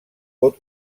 pot